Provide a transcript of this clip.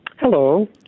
Hello